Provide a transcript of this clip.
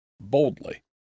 Boldly